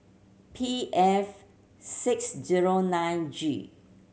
P F six zero nine G